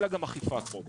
אלא גם אכיפה כמו באירופה.